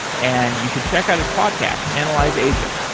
and you should check out his podcast analyze asia.